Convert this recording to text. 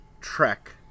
trek